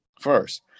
first